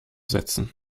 setzen